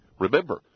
Remember